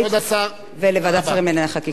כבוד השר אהרונוביץ,